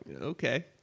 okay